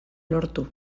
lortu